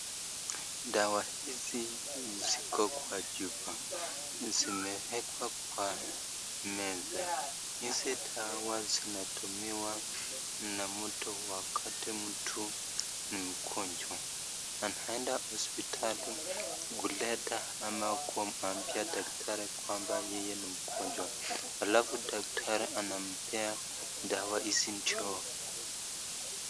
Dawa hizi ziko Kwa chupa zimewekwa kwa meza hizi dawa zinatumiwa na mtu wakati mtu ni mgonjwa anaenda hospitali kuleta ama kuambia daktari kwamba yeye ni mgonjwa alfu daktari anambea dawa hizi ndio.